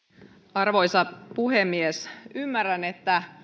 arvoisa puhemies ymmärrän että